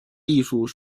艺术